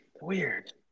weird